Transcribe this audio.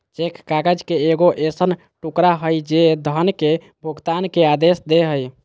cheque काग़ज़ के एगो ऐसन टुकड़ा हइ जे धन के भुगतान के आदेश दे हइ